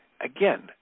Again